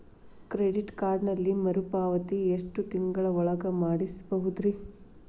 Credit ಕಾರ್ಡಿನಲ್ಲಿ ಮರುಪಾವತಿ ಎಷ್ಟು ತಿಂಗಳ ಒಳಗ ಮಾಡಬಹುದ್ರಿ?